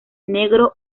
negro